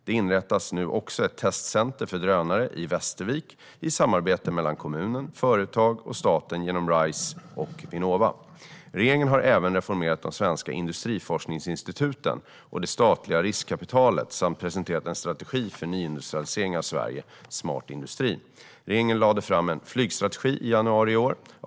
Det inrättas nu också ett testcenter för drönare i Västervik i samarbete mellan kommunen, företag och staten genom RISE och Vinnova. Regeringen har även reformerat de svenska industriforskningsinstituten och det statliga riskkapitalet samt presenterat en strategi för nyindustrialisering av Sverige, Smart industri. Regeringen lade fram en flygstrategi i januari i år.